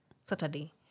Saturday